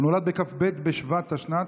הוא נולד בכ"ב בשבט התשנ"ט,